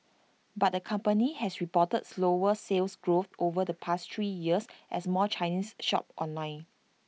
but the company has reported slower Sales Growth over the past three years as more Chinese shop online